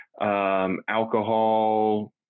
alcohol